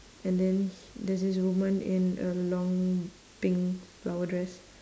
and then there's this woman in a long pink flower dress